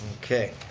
okay,